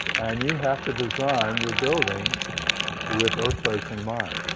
and you have to design your building with earthquakes in mind.